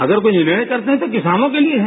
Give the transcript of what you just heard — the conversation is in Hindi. अगर कोई निर्नय करते हैं तो किसानों के लिये है